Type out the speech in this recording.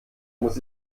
muss